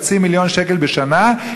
חצי מיליון שקל בשנה,